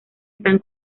están